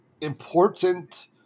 important